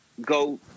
go